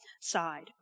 side